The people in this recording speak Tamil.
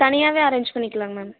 தனியாகவே அரேஞ்ச் பண்ணிக்கலாம்ங்க மேம்